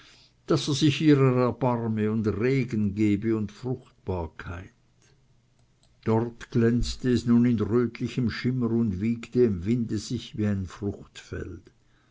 daß er sich ihrer erbarme und regen gebe und fruchtbarkeit dort glänzte es nun in rötlichem schimmer und wiegte im winde sich wie ein fruchtfeld